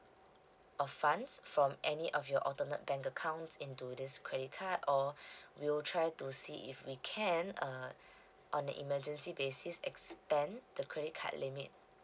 of funds from any of your alternate bank accounts into this credit card or we'll try to see if we can uh on a emergency basis expand the credit card limit